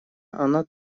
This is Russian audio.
она